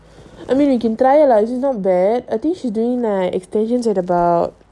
I mean you can try lah she's not bad I think